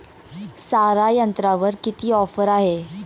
सारा यंत्रावर किती ऑफर आहे?